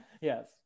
Yes